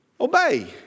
Obey